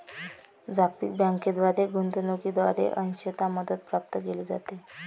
जागतिक बँकेद्वारे गुंतवणूकीद्वारे अंशतः मदत प्राप्त केली जाते